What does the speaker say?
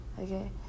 okay